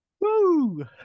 Woo